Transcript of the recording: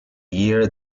year